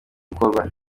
ukorwa